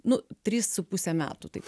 nu trys su puse metų taip